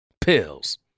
pills